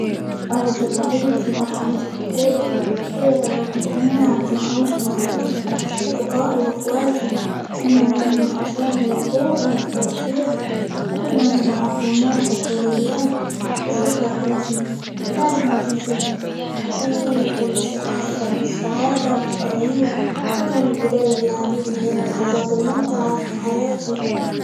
أول ذكرى ليا في مرحلة الطفولة هي لما كنا نلعب في الحوش مع -أص- أصدقائي، وأخواتي، كنا نبني حصون من الطوب، ونختبئ فيها، وكنا نضحك، ونركض طول اليوم، الذكرى هذي لازمة في زهني لأنني كنت -س- حاسة بالسعادة، والحرية، وكانت بداية للعديد من اللحظات الممتعة في حياتي.